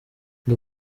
ndi